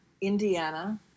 Indiana